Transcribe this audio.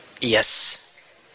Yes